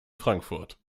frankfurt